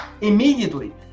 immediately